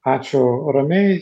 ačiū ramiai